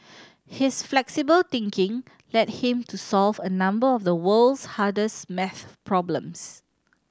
his flexible thinking led him to solve a number of the world's hardest math problems